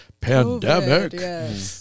pandemic